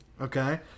okay